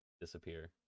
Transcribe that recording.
disappear